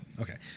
Okay